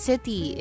City